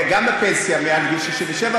גם בפנסיה מעל גיל 67,